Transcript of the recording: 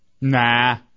Nah